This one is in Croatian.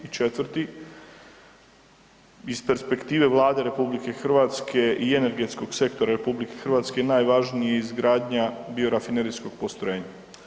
I četvrti, iz perspektive Vlade RH i Energetskog sektora RH najvažniji je izgradnja biorafinerijskog postrojenja.